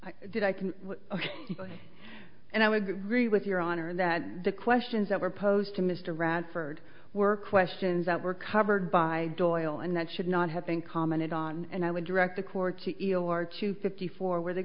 did i can and i would agree with your honor that the questions that were posed to mr radford were questions that were covered by doyle and that should not have been commented on and i would direct the court t e o are to fifty four where the